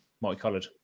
multicolored